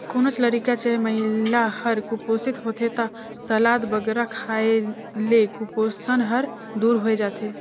कोनोच लरिका चहे महिला हर कुपोसित होथे ता सलाद बगरा खाए ले कुपोसन हर दूर होए जाथे